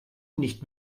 nicht